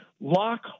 lock